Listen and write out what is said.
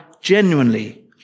genuinely